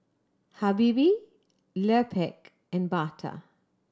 Habibie Lupark and Bata